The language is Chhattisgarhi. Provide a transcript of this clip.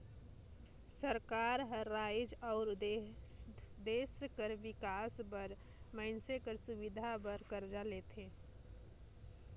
सरकार हर राएज अउ देस कर बिकास बर मइनसे कर सुबिधा बर करजा लेथे